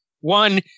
one